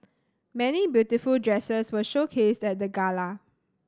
many beautiful dresses were showcased at the gala